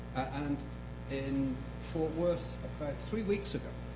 and in fort worth about three weeks ago